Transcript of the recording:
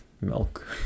milk